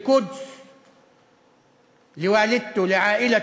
להלן תרגומם: